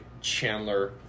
Chandler